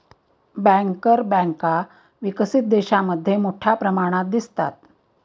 banker बँका विकसित देशांमध्ये मोठ्या प्रमाणात दिसतात